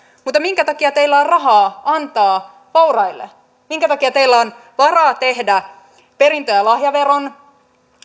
mutta minkä takia teillä on rahaa antaa vauraille minkä takia teillä on varaa tehdä perintö ja lahjaveron